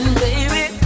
baby